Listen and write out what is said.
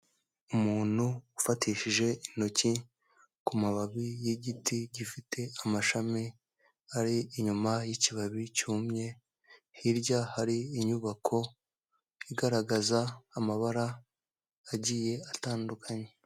Umuntu ufatishije intoki ku mababi y'igiti gifite amashami ari inyuma yikibabi cyumye, hirya hari inyubako igaragaza amabara agiye atandukanye.